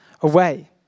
away